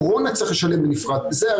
הם לא אהבו את זה, אבל הם אמרו